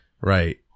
Right